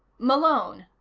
malone?